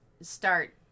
start